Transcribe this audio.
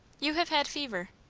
you have had fever.